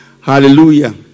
Hallelujah